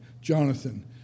Jonathan